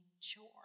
chore